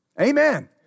Amen